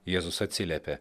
jėzus atsiliepė